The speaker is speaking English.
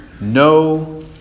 no